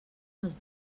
els